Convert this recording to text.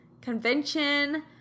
convention